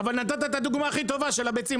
אבל נתת את הדוגמה הכי טובה, של הביצים.